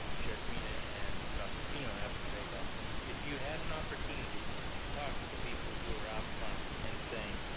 sheriff mina and doctor pinot have to say about this if you had an opportunity talk to the people who are out front and saying.